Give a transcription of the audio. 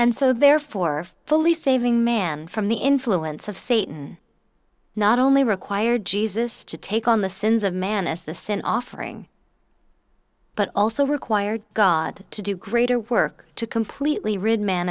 and so therefore fully saving man from the influence of satan not only require jesus to take on the sins of man as the sin offering but also required god to do greater work to completely rid man